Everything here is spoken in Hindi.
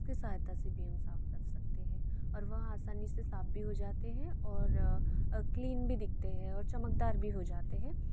उसकी सहायता से भी हम साफ़ कर सकते हैं और वह आसानी से साफ़ भी हो जाते हैं और क्लीन भी दिखते हैं और चमकदार भी हो जाते हैं